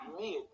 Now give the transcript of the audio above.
mid